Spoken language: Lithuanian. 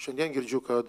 šiandien girdžiu kad